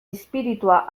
izpiritua